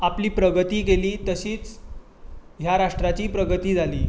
आपली प्रगती केली तशीच ह्या राष्ट्राची प्रगती जाली